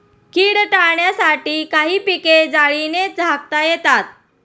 कीड टाळण्यासाठी काही पिके जाळीने झाकता येतात